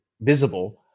visible